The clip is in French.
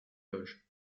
loges